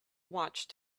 watched